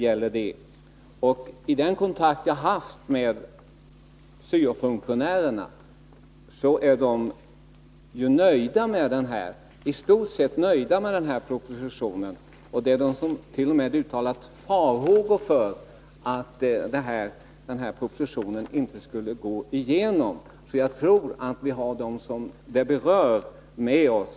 Vid den kontakt jag har haft med syo-funktionärerna har jag fått uppfattningen att de är i stort sett nöjda med denna proposition. Det finns de som t.o.m. har uttalat farhågor för att propositionen inte skall gå igenom. Jag tror alltså att vi har dem som det berör med oss.